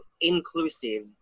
inclusive